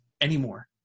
anymore